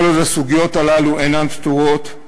וכל עוד הסוגיות הללו אינן פתורות,